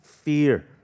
fear